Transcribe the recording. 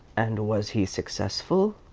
and was he successful?